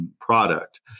product